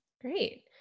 great